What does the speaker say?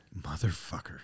Motherfucker